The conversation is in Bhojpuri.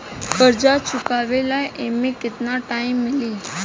कर्जा चुकावे ला एमे केतना टाइम मिली?